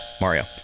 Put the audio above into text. Mario